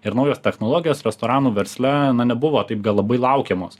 ir naujos technologijos restoranų versle na nebuvo taip gal labai laukiamos